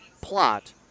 plot